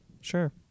Sure